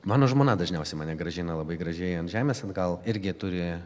mano žmona dažniausiai mane grąžina labai gražiai ant žemės atgal irgi turi